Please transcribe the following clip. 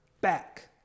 back